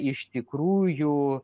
iš tikrųjų